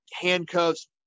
handcuffs